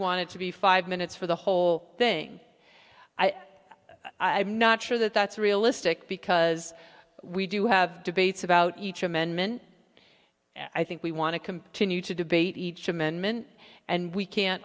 wanted to be five minutes for the whole thing i i'm not sure that that's realistic because we do have debates about each amendment i think we want to compare to new to debate each amendment and we can't